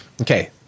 Okay